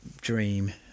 dream